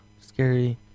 Scary